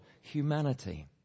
humanity